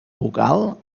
vocal